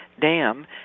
Dam